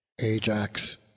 ajax